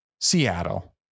Seattle